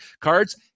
cards